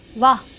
wow,